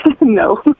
No